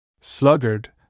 Sluggard